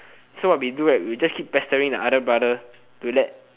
so what we do right we'll just keep pestering the elder brother to let